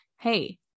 Hey